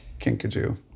Kinkajou